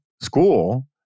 school